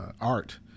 art